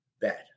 bad